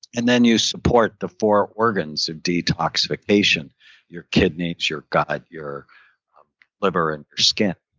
and then you support the four organs of detoxification your kidneys, your gut, your liver, and your skin